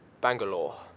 Bangalore